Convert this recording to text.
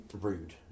rude